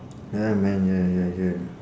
ya man ya ya ya